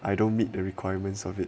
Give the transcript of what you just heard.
I don't meet the requirements of it